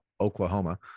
Oklahoma